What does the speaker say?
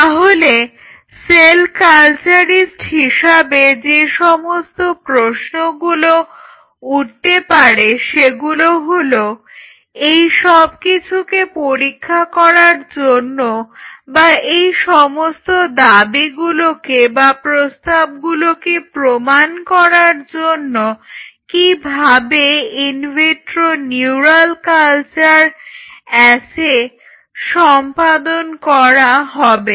তাহলে cell culturist হিসাবে যে সমস্ত প্রশ্নগুলো উঠতে পারে সেগুলো হলো এই সব কিছুকে পরীক্ষা করার জন্য বা এই সমস্ত দাবিগুলোকে বা প্রস্তাবগুলোকে প্রমাণ করার জন্য কিভাবে ইনভিট্রো নিউরাল কালচার অ্যাসে সম্পাদন করা হবে